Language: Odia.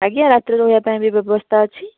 ଆଜ୍ଞା ରାତିରେ ରହିବାପାଇଁ ବି ବ୍ୟବସ୍ତା ଅଛି